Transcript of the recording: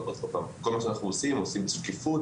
כי כל מה שאנחנו עושים אנחנו עושים בשקיפות,